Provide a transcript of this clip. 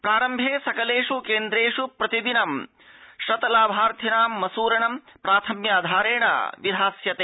प्रारम्भे सकलेष् केन्द्रेष् प्रतिदिनं शत लाभार्थिनां मसूरणं प्राथम्याधारेण विधास्यते